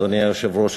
אדוני היושב-ראש,